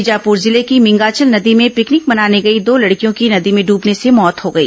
बीजापुर जिले की मिंगाचल नदी में पिकनिक मनाने गई दो लड़कियों की नदी में डूबने से मौत हो गई